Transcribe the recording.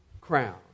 crown